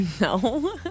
No